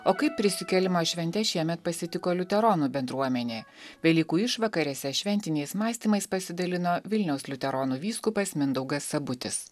o kaip prisikėlimo šventes šiemet pasitiko liuteronų bendruomenė velykų išvakarėse šventiniais mąstymais pasidalino vilniaus liuteronų vyskupas mindaugas sabutis